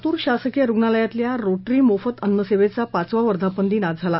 लातूर शासकीय रुणालयातल्या रोटरी मोफत अन्नसेवेचा पाचवा वर्धापन दिन आज झाला